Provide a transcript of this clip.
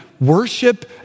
worship